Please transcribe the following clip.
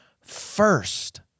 first